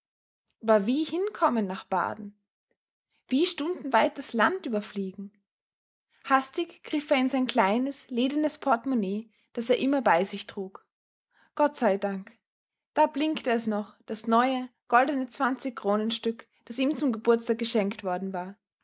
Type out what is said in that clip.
aber wie hinkommen nach baden wie stundenweit das land überfliegen hastig griff er in sein kleines ledernes portemonnaie das er immer bei sich trug gott sei dank da blinkte es noch das neue goldene zwanzigkronenstück das ihm zum geburtstag geschenkt worden war